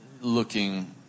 looking